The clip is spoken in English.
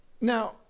Now